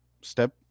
step